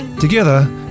Together